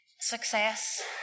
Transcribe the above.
success